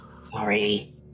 Sorry